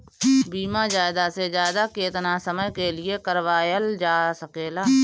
बीमा ज्यादा से ज्यादा केतना समय के लिए करवायल जा सकेला?